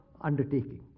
undertaking